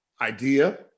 idea